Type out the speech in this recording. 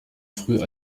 früh